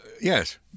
Yes